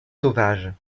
sauvages